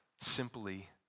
simply